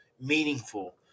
meaningful